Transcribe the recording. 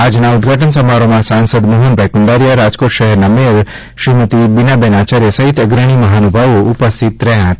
આજના ઉદ્દઘાટન સમારોહમાં સાંસદ મોહનભાઇ કુંડારિયા રાજકોટ શહેરના મેયર બીનાબેન આચાર્ય સહિત અગ્રણી મહાનુભાવો ઉપસ્થિત રહ્યા હતા